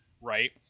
right